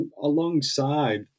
alongside